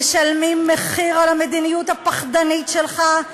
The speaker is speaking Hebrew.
משלמים מחיר על המדיניות הפחדנית שלך,